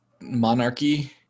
Monarchy